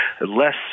less